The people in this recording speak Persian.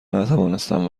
نتوانستم